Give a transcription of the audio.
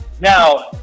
Now